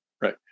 right